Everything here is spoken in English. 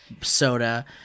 soda